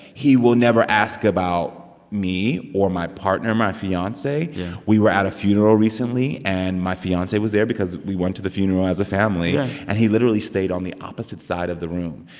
he will never ask about me or my partner my fiance yeah we were at a funeral recently, and my fiance was there because we went to the funeral as a family yeah and he literally stayed on the opposite side of the room.